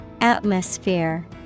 Atmosphere